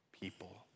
people